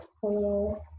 four